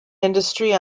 industry